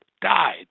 died